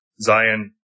Zion